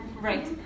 Right